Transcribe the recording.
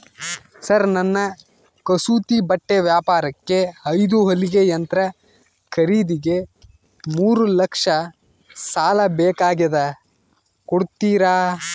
Sir ನನ್ನ ಕಸೂತಿ ಬಟ್ಟೆ ವ್ಯಾಪಾರಕ್ಕೆ ಐದು ಹೊಲಿಗೆ ಯಂತ್ರ ಖರೇದಿಗೆ ಮೂರು ಲಕ್ಷ ಸಾಲ ಬೇಕಾಗ್ಯದ ಕೊಡುತ್ತೇರಾ?